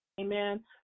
Amen